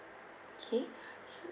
okay